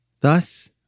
Thus